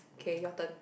okay your turn